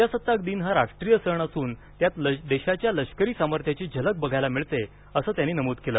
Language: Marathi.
प्रजासत्ताक दिन हा राष्ट्रीय सण असून त्यात देशाच्या लष्करी सामर्थ्याची झलक बघायला मिळते असं त्यांनी नमूद केलं